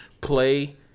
play